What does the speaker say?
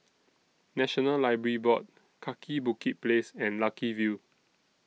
National Library Board Kaki Bukit Place and Lucky View